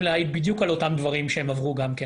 להעיד בדיוק על אותם דברים שהם עברו כאן.